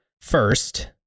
first